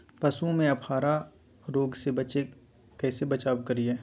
पशुओं में अफारा रोग से कैसे बचाव करिये?